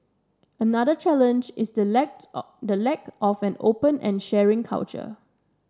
another challenge is the lack to out the lack of an open and sharing culture